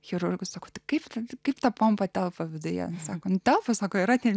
chirurgus o kaip ten kaip ta pompa telpa viduje sakant alfa sako yra ten